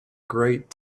great